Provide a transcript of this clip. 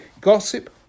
Gossip